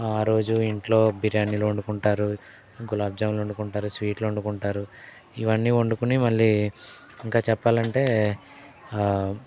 ఆ రోజు ఇంట్లో బిర్యానీలు వండుకుంటారు గులాబ్జామ్లు వండుకుంటారు స్వీట్లు వండుకుంటారు ఇవన్నీ వండుకొని మళ్ళీ ఇంకా చెప్పాలంటే